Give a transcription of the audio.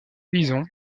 paysans